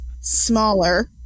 smaller